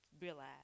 realize